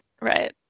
right